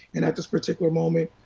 and at this particular moment,